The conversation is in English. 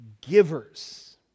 givers